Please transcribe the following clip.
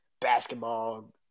basketball